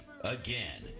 Again